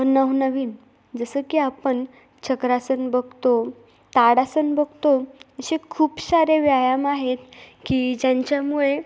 नवनवीन जसं की आपण चक्रासन बघतो ताडासन बघतो असे खूप सारे व्यायाम आहेत की ज्यांच्यामुळे